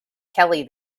kelly